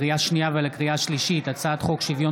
לקריאה שנייה ולקריאה שלישית: הצעת חוק שוויון